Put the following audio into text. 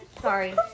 Sorry